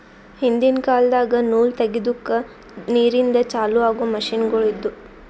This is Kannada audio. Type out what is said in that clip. ಹಿಂದಿನ್ ಕಾಲದಾಗ ನೂಲ್ ತೆಗೆದುಕ್ ನೀರಿಂದ ಚಾಲು ಆಗೊ ಮಷಿನ್ಗೋಳು ಇದ್ದುವು